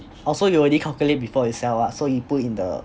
oh so you aleady calculate before you sell ah so you put in the